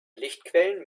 lichtquellen